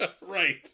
Right